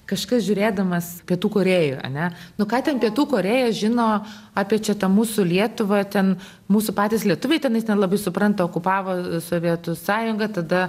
kažkas žiūrėdamas pietų korėjoj ane nu ką ten pietų korėja žino apie čia tą mūsų lietuvą ten mūsų patys lietuviai tenais nelabai supranta okupavo sovietų sąjunga tada